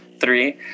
three